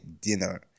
dinner